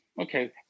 okay